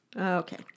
Okay